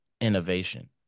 innovation